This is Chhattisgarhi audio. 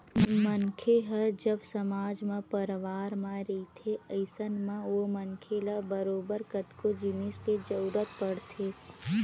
मनखे ह जब समाज म परवार म रहिथे अइसन म ओ मनखे ल बरोबर कतको जिनिस के जरुरत पड़थे